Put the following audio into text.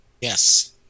Yes